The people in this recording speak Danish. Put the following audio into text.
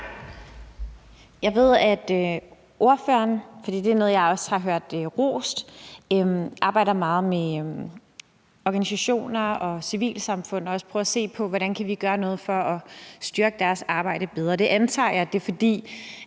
Jeg ved, at ordføreren, for det er også noget, jeg har hørt rost, arbejder meget med organisationer og civilsamfund og prøver også at se på, hvordan vi kan gøre noget for at styrke deres arbejde bedre. Jeg antager, at det er, fordi